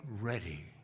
ready